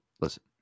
listen